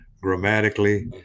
grammatically